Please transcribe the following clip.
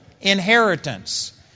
inheritance